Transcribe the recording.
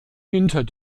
hinter